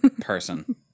person